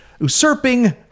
usurping